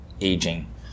aging